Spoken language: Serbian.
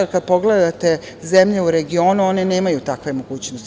Kada pogledate zemlje u regionu, one nemaju takve mogućnosti.